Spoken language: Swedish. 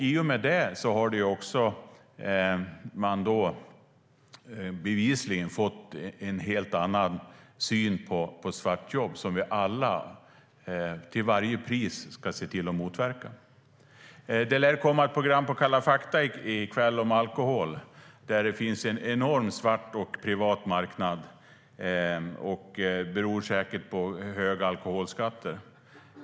I och med det har synen på svartjobb bevisligen blivit en helt annan: något som vi alla till varje pris ska se till att motverka. Programmet Kalla fakta lär i kväll handla om alkohol. Där finns det en enorm svart och privat marknad. Det beror säkert på höga alkoholskatter.